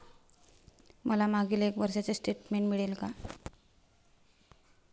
मला मागील एक वर्षाचे स्टेटमेंट मिळेल का?